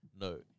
no